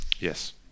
Yes